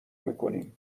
میکنیم